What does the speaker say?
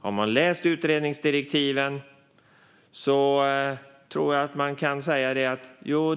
Har man läst utredningsdirektiven tror jag att man kan säga att